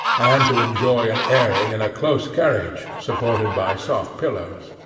and to enjoy an airing in a close carriage, supported by soft pillows.